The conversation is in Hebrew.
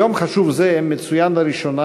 יום חשוב זה מצוין לראשונה,